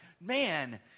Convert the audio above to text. Man